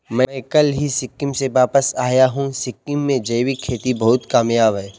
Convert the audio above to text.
मैं कल ही सिक्किम से वापस आया हूं सिक्किम में जैविक खेती बहुत कामयाब है